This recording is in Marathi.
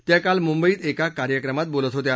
त्या काल मुंबईत एका कार्यक्रमात बोलत होत्या